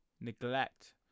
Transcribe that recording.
neglect